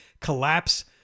collapse